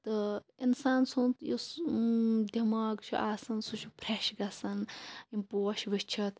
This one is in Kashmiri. تہٕ اِنسان سُند یُس دٮ۪ماغ چھُ آسان سُہ چھُ فرٮ۪ش گژھان یِم پوش وٕچِھتھ